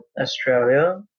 Australia